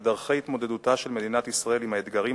בדרכי התמודדותה של מדינת ישראל עם האתגרים